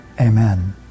Amen